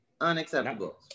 unacceptable